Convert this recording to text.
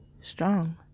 strong